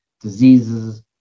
diseases